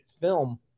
film